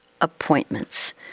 appointments